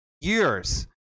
Years